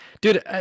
Dude